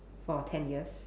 for ten years